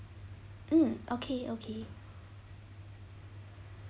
mm okay okay